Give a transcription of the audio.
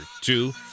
two